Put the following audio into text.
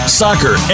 soccer